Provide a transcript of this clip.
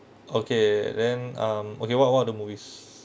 okay then um okay what what other movies